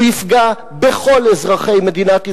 הוא יפגע בכל אזרחי מדינת ישראל,